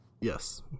Yes